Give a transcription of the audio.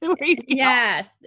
Yes